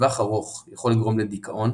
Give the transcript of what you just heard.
בטווח ארוך יכול לגרום לדכאון,